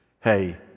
hey